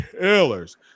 killers